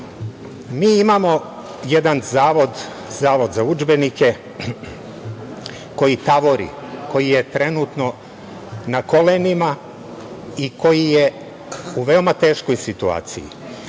imamo jedan zavod, Zavod za udžbenike koji tavori, koji je trenutno na kolenima i koji je u veoma teškoj situaciji.